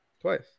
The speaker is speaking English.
Twice